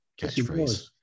catchphrase